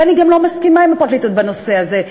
ואני גם לא מסכימה עם הפרקליטות בנושא הזה.